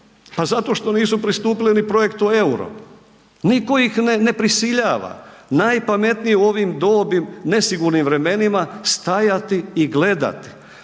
A zato što nisu pristupile ni projektu EURO, nitko ih ne prisiljava. Najpametnije u ovim …/nerazumljivo/… nesigurnim vremenima stajati i gledati.